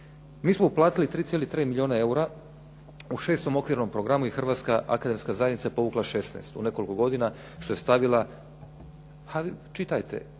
Mi smo uplatili 3,3 milijuna eura u 6. okvirnom programu i Hrvatska akademska zajednica povukla 16 u nekoliko godina što je stavila,